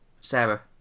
Sarah